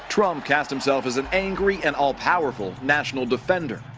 trump cast himself as an angry and all powerful national defender.